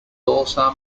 also